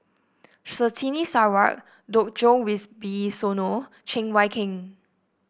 Surtini Sarwan Djoko Wibisono Cheng Wai Keung